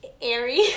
airy